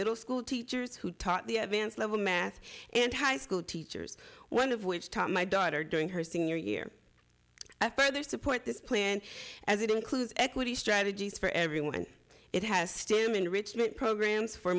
middle school teachers who taught the advanced level math and high school teachers one of which taught my daughter during her senior year i further support this plan as it includes equity strategies for everyone it has stamina richmond programs for